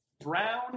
Brown